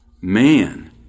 man